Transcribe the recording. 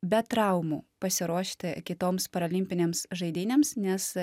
be traumų pasiruošti kitoms paralimpinėms žaidynėms nes